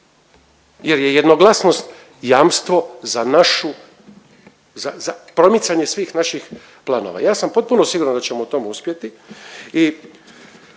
jer je jednoglasnost jamstvo za našu, za, za promicanje svih naših planova. Ja sam potpuno siguran da ćemo u tome uspjeti